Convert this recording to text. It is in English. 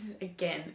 again